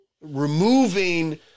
removing